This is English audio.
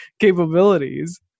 capabilities